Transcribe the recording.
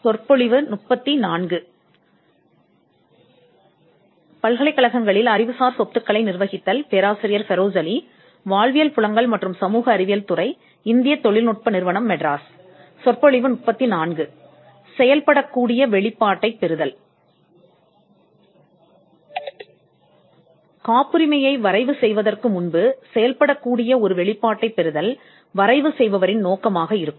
பணிபுரியும் வெளிப்பாட்டைப் பெறுதல் காப்புரிமையை உருவாக்குவதற்கு முன் காப்புரிமையை உருவாக்கும் ஒரு நபரின் நோக்கம் வாடிக்கையாளர் அல்லது கண்டுபிடிப்பாளரிடமிருந்து ஒரு வேலை வெளிப்பாட்டைப் பெறுவதாகும்